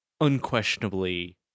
unquestionably